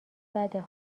بده